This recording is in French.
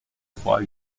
trois